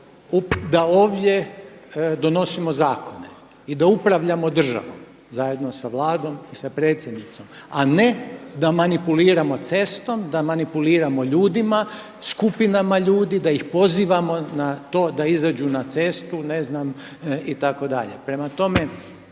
da ovdje donosimo zakone i da upravljamo državom zajedno sa Vladom i sa predsjednicom a ne da manipuliramo cestom, da manipuliramo ljudima, skupinama ljudi, da ih pozivamo na to da izađu na cestu ne zna itd. Prema tome,